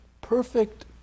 perfect